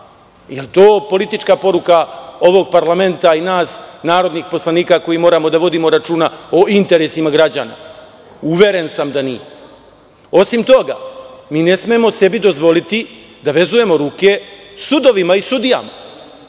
je to politička poruka ovog parlamenta i nas narodnih poslanika koji moramo da vodimo računa o interesima građana? Uveren sam da nije. Osim toga, mi ne smemo sebi dozvoliti da vezujemo ruke sudovima i sudijama.